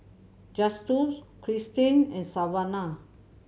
Justus Kristin and Savana